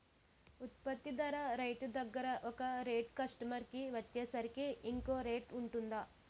ఉత్పత్తి ధర రైతు దగ్గర ఒక రేట్ కస్టమర్ కి వచ్చేసరికి ఇంకో రేట్ వుంటుందా?